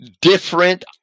different